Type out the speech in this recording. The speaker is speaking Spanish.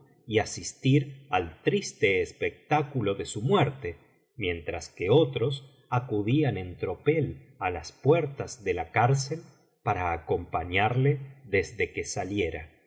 y asistir al triste espectáculo de su muerte mientras que otros acudían en tropel á las puertas de la cárcel para acompañarle desde que saliera